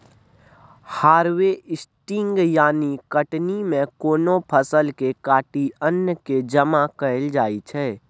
harvesting यानी कटनी मे कोनो फसल केँ काटि अन्न केँ जमा कएल जाइ छै